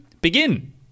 begin